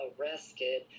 arrested